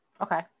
okay